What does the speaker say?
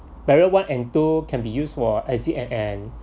barrier one and two can be used for exit and and